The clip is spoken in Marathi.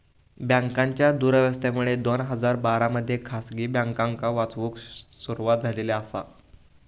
बँकांच्या दुरावस्थेमुळे दोन हजार बारा मध्ये खासगी बँकांका वाचवूक सुरवात झालेली आसा